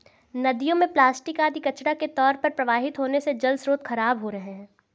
नदियों में प्लास्टिक आदि कचड़ा के तौर पर प्रवाहित होने से जलस्रोत खराब हो रहे हैं